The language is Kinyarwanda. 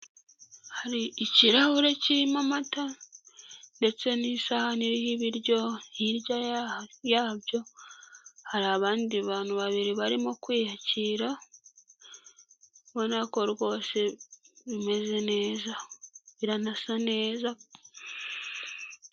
Hari ikirahure kirimo amata ndetse n'isahahani y'ibiryo hirya yabyo hari abandi bantu babiri barimo kwiyakira ubona ko rwose bimeze neza biranasa neza.